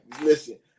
Listen